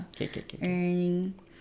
earning